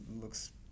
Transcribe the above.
looks